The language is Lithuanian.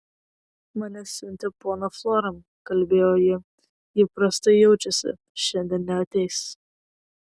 mane siuntė ponia floran kalbėjo ji ji prastai jaučiasi šiandien neateis